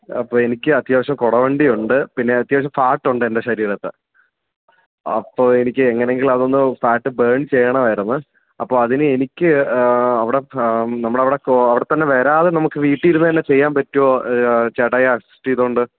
അപ്പോൾ എനിക്ക് അത്യാവശ്യം കുടവണ്ടിയുണ്ട് പിന്നെ അത്യാവശ്യം ഫാറ്റ് ഉണ്ട് എൻ്റെ ശരീരത്തിൽ അപ്പോൾ എനിക്ക് എങ്ങനെയെങ്കിലും അതൊന്ന് ഫാറ്റ് ബേൺ ചെയ്യണമായിരുന്നു അപ്പോൾ അതിന് എനിക്ക് അവിടെ നമ്മുടെ അവിടെത്തന്നെ വരാതെ നമുക്ക് വീട്ടിലിരുന്ന് തന്നെ ചെയ്യാൻ പറ്റുമോ ചേട്ടായിയെ അസിസ്റ്റ് ചെയ്തുകൊണ്ട്